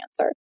answer